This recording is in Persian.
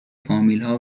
فامیلها